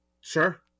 Sure